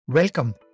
Welcome